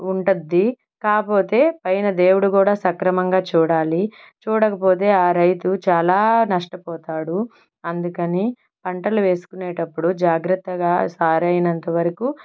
ఉంటుంది కాపోతే పైన దేవుడు కూడా సక్రమంగా చూడాలి చూడకపోతే రైతు చాలా నష్టపోతాడు అందుకని పంటలు వేసుకునేటప్పుడు జాగ్రత్తగా సాగైనంత వరకు